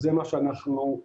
אז זה מה שאנחנו עושים.